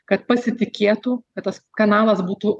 kad pasitikėtų kad tas kanalas būtų